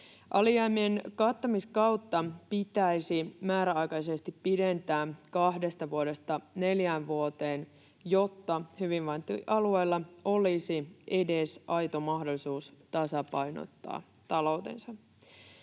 Alijäämien kattamiskautta pitäisi määräaikaisesti pidentää kahdesta vuodesta neljään vuoteen, jotta hyvinvointialueilla olisi edes aito mahdollisuus tasapainottaa taloutensa.